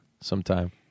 sometime